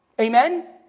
Amen